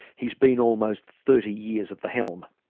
he's been almost thirty years at the helm.